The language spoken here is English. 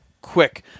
quick